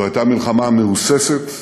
זו הייתה מלחמה מהוססת,